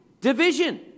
division